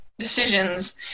decisions